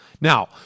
Now